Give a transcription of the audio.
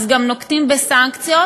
אז גם נוקטים סנקציות,